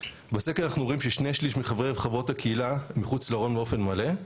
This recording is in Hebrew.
בסקר אנחנו רואים ששני שליש מחברי וחברות הקהילה מחוץ לארון באופן מלא.